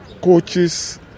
coaches